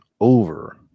over